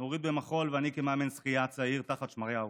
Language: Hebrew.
נורית, במחול, ואני כמאמן שחייה צעיר תחת שמריהו.